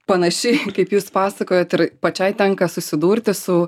panašiai kaip jūs pasakojot ir pačiai tenka susidurti su